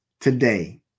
today